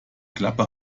klappe